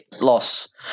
loss